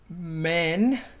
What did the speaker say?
men